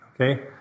Okay